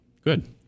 Good